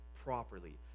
properly